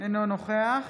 אינו נוכח